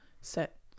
set